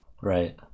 Right